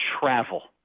travel